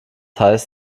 heißt